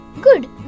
Good